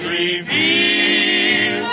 reveal